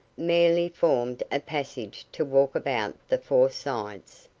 merely formed a passage to walk about the four sides.